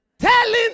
telling